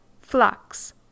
flux